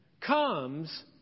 comes